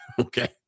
Okay